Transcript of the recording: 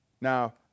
Now